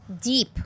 deep